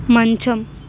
మంచం